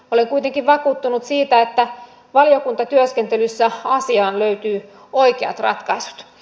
olen kuitenkin vakuuttunut siitä että valiokuntatyöskentelyssä asiaan löytyy oikeat ratkaisut